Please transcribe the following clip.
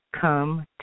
Come